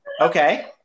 Okay